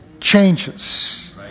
changes